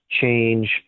change